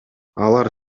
алар